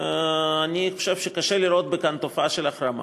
אני חושב שקשה לראות כאן תופעה של החרמה.